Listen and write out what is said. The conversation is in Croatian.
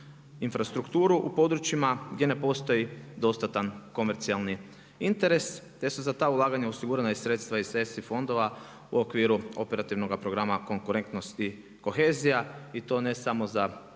infrastrukturu u područjima gdje ne postoji dostatan komercijalni interes gdje su za ta ulaganja osigurana i sredstva iz ESI fondova u okviru operativnog programa konkurentnost i kohezija i to ne samo za